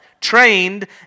trained